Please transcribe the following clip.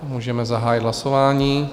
Můžeme zahájit hlasování.